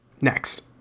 Next